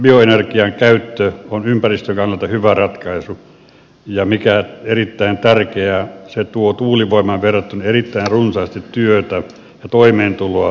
bioenergian käyttö on ympäristön kannalta hyvä ratkaisu ja mikä erittäin tärkeää se tuo tuulivoimaan verrattuna erittäin runsaasti työtä ja toimeentuloa suomalaisille